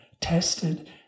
tested